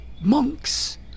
monks